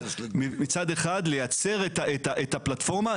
לייצר את הפלטפורמה.